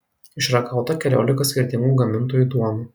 išragauta keliolika skirtingų gamintojų duonų